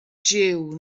jiw